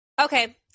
okay